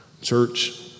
Church